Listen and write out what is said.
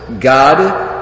God